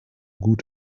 gut